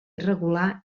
irregular